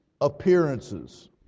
appearances